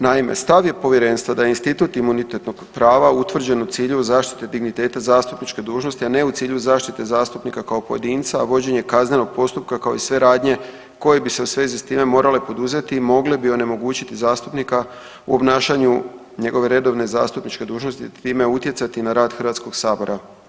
Naime, stav je povjerenstva da je institut imunitetnog prava utvrđen u cilju zaštite digniteta zastupničke dužnosti, a ne u cilju zaštite zastupnika kao pojedinca, a vođenje kaznenog postupka kao i sve radnje koje bi se u svezi s time morale poduzeti mogle bi onemogućiti zastupnika u obnašanju njegove redovne zastupničke dužnosti i time utjecati na rad Hrvatskog sabora.